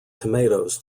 tomatoes